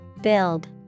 Build